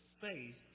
faith